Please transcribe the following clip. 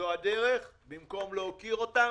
זו הדרך, במקום להוקיר אותם?